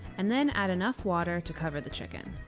and then add enough water to cover the chicken.